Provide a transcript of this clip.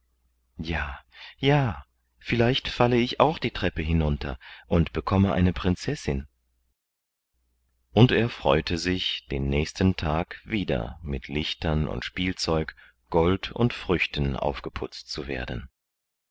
ja ja vielleicht falle ich auch die treppe hinunter und bekomme eine prinzessin und er freute sich den nächsten tag wieder mit lichtern und spielzeug gold und früchten aufgeputzt zu werden